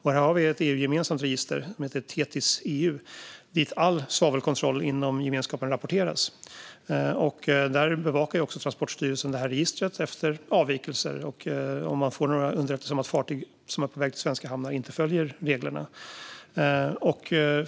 Här har vi ett EU-gemensamt register som heter Thetis-EU och dit all svavelkontroll inom gemenskapen rapporteras. Transportstyrelsen bevakar detta register efter avvikelser och om man får underrättelser om att fartyg som är på väg till svenska hamnar inte följer reglerna.